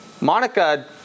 Monica